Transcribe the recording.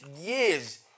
years